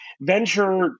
venture